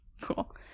Cool